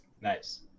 Nice